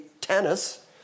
tennis